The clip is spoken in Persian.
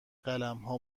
قلمها